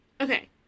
Okay